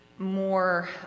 more